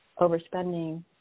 overspending